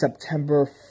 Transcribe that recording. September